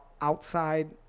outside